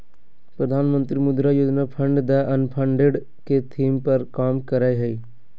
प्रधानमंत्री मुद्रा योजना फंड द अनफंडेड के थीम पर काम करय हइ